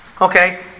okay